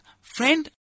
Friend